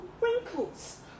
wrinkles